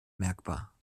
bemerkbar